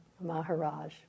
Maharaj